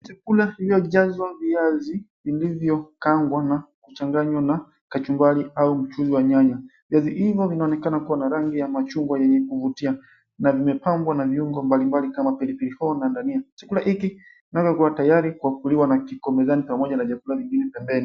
Chakula iliyojazwa viazi vilivyokaangwa na kuchanganywa na kachumbari au mchuzi wa nyanya. Viazi hivyo vinaonekana kuwa na rangi ya machungwa yenye kuvutia na vimepangwa na viungo mbalimbali kama pilipili hoho na dania. Chakula hiki inavyokuwa tayari kwa kuliwa na kiko mezani pamoja na vyakula vingine pembeni.